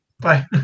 Bye